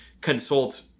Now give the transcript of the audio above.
consult